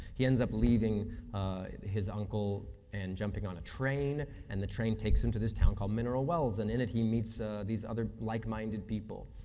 he ends up leaving his uncle and jumping on a train, and the train takes him to this town called mineral wells, and in it he meets these other like-minded people,